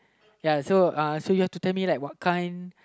ya so uh so you have to tell me like what kind